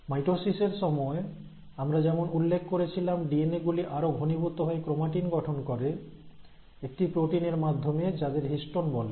মাইটোসিসের সময় আমরা যেমন উল্লেখ করেছিলাম ডিএনএ গুলি আরও ঘনীভূত হয়ে ক্রোমাটিন গঠন করে একটি প্রোটিন এর মাধ্যমে যাদের হিস্টোন বলে